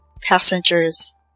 passengers